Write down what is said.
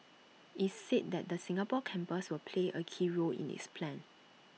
IT said that the Singapore campus will play A key role in its plan